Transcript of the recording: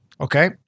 Okay